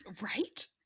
right